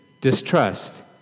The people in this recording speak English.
distrust